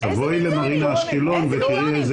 תלכי למרינה באשקלון ותראי איזה